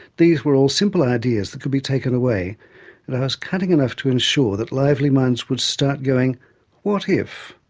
these were all simple ideas that could be taken away, and i was cunning enough to ensure that lively minds would start going what if?